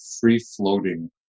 free-floating